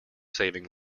saving